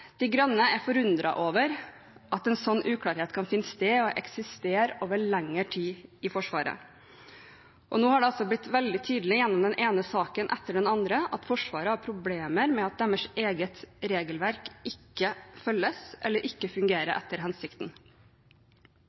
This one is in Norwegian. De grønne er forundret over at en sånn uklarhet kan finne sted og eksistere over lengre tid i Forsvaret. Nå har det altså blitt veldig tydelig i den ene saken etter den andre at Forsvaret har problemer med at deres eget regelverk ikke følges, eller ikke fungerer etter hensikten.